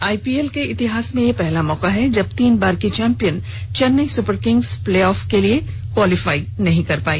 आई P L के इतिहास में यह पहला मौका है जब तीन बार की champion Chennai super kings play off के लिए क्वालीफाई नहीं कर पाई